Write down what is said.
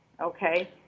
okay